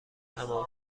تمام